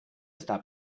está